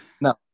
no